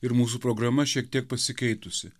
ir mūsų programa šiek tiek pasikeitusi